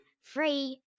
Free